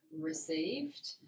received